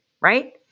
right